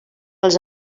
els